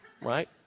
right